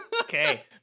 Okay